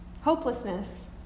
Hopelessness